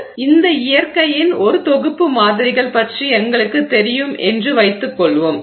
எனவே இந்த இயற்கையின் ஒரு தொகுப்பு மாதிரிகள் பற்றி எங்களுக்குத் தெரியும் என்று வைத்துக் கொள்வோம்